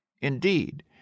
Indeed